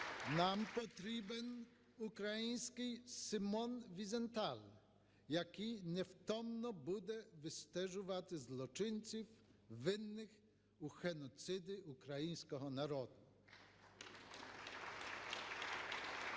нам потрібен український Симон Візенталь, який невтомно буде відстежувати злочинців, винних у геноциді українського народу.